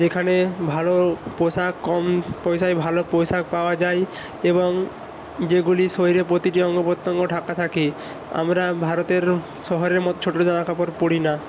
যেখানে ভালো পোশাক কম পয়সায় ভালো পোশাক পাওয়া যাই এবং যেগুলি শরীরে পতিটি অঙ্গ প্রত্যঙ্গ ঢাকা থাকে আমারা ভারতের শহরের মতো ছোটো জামা কাপড় পরি না